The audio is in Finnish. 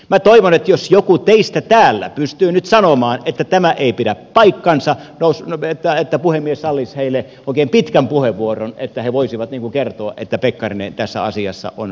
minä toivon että jos joku teistä täällä pystyy nyt sanomaan että tämä ei pidä paikkaansa niin puhemies sallisi hänelle oikein pitkän puheenvuoron että hän voisi kertoa että pekkarinen tässä asiassa on väärässä